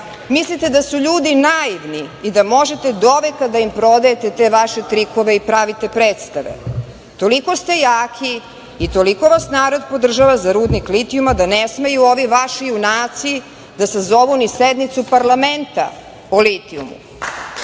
Mislite da su ljudi naivni i da možete doveka da im prodajete te vaše trikove i pravite predstave. Toliko ste jaki i toliko vas narod podržava za rudnik litijuma da ne smeju ovi vaši junaci da sazovu ni sednicu parlamenta o litijumu. Otkud